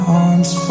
arms